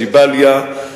ג'באליה,